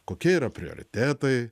kokie yra prioritetai